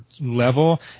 level